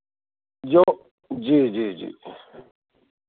जो जी जी जी